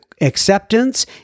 acceptance